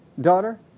daughter